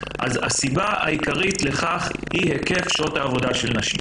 הסיבה העיקרית לכך היא היקף שעות העבודה של נשים.